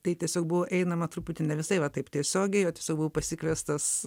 tai tiesiog buvo einama truputį ne visai va taip tiesiogiai o tiesiog buvo pasikviestas